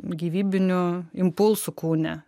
gyvybinių impulsų kūne